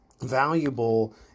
valuable